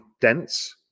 dense